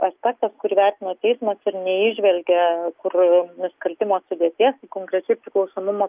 aspektas kurį vertino teismas ir neįžvelgia kur nusikaltimo sudėties konkrečiai priklausomumo